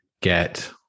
get